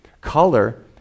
color